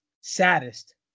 Saddest